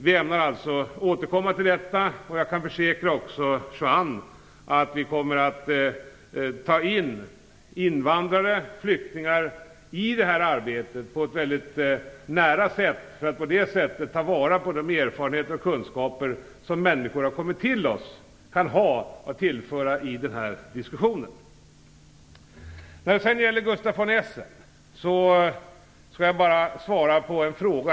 Vi ämnar alltså återkomma till detta, och jag kan försäkra Juan Fonseca att vi kommer att ta in invandrare och flyktingar väldigt nära i det här arbetet för att på det sättet ta vara på de erfarenheter och kunskaper som människor som kommit till oss kan ha att tillföra i diskussionen. När det sedan gäller Gustaf von Essen skall jag bara svara på en fråga.